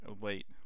wait